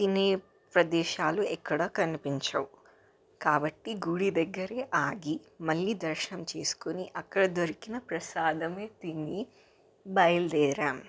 తినే ప్రదేశాలు ఎక్కడ కనిపించవు కాబట్టి గుడి దగ్గరే ఆగి మళ్ళీ దర్శనం చేసుకుని అక్కడ దొరికిన ప్రసాదమే తిని బయలుదేరాం